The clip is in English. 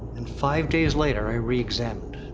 and five days later, i reexamined.